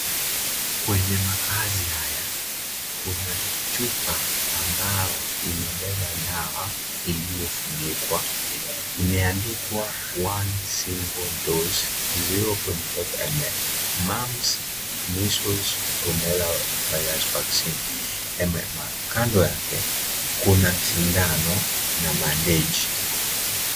kwenye makaazi aya kuna chupa ambao imebeba dawa iliyofunikwa. Imeandikwa (cs) one single dose 0.5ml, mumps, measles, rubela virus vaccine MMR. Kando yake kuna sindano na bandeji.